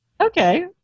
Okay